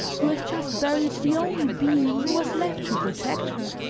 who has just buried the only being who was left to protect her?